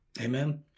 Amen